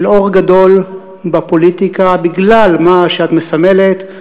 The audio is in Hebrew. של אור גדול בפוליטיקה בגלל מה שאת מסמלת,